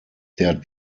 der